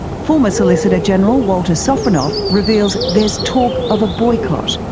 former solicitor general walter sofronoff reveals there's talk of a boycott.